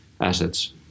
assets